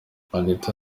anita